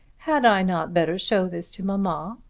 had i not better show this to mamma?